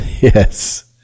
yes